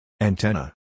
Antenna